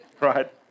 Right